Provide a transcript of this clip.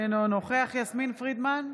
אינו נוכחת יסמין פרידמן,